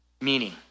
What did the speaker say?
Meaning